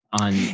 on